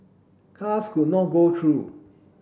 cars could not go through